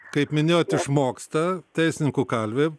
kaip minėjote išmoksta teisininkų kalvė